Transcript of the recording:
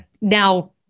now